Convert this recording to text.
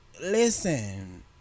listen